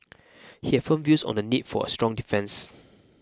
he had firm views on the need for a strong defence